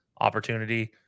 opportunity